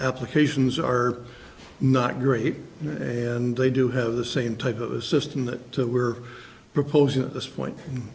applications are not great and they do have the same type of a system that we're proposing this point